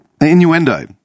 Innuendo